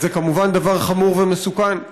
זה כמובן דבר חמור ומסוכן,